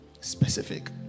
Specific